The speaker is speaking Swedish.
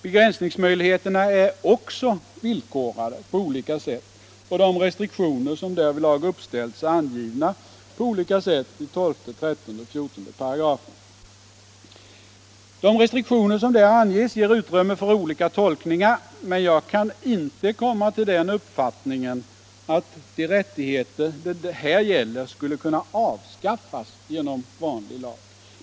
Begränsningsmöjligheterna är också villkorade på olika sätt, och de restriktioner som härvidlag uppställts är angivna på olika sätt i 12-14 §§. De restriktioner som där anges lämnar utrymme för olika tolkningar, men jag kan inte komma till den uppfattningen att de rättigheter det här gäller skulle kunna avskaffas genom vanlig lag.